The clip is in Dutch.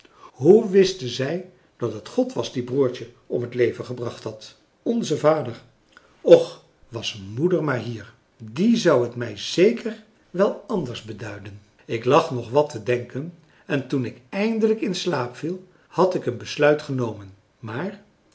hoe wisten zij dat het god was die broertje om het leven gebracht had onze vader och was moeder maar hier die zou het mij zeker wel anders beduiden ik lag nog wat te denken en toen ik eindelijk in slaap viel had ik een besluit genomen maar